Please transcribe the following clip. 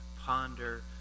ponder